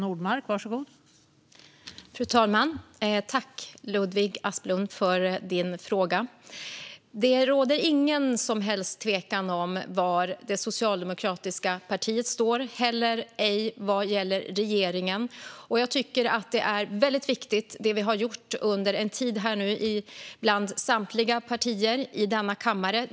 Fru talman! Tack, Ludvig Aspling, för din fråga! Det råder inget som helst tvivel om var det socialdemokratiska partiet eller regeringen står. Jag tycker att det är väldigt viktigt, det vi har gjort under en tid nu bland samtliga partier i denna kammare.